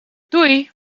doei